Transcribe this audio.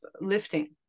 lifting